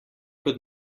kot